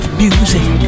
music